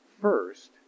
first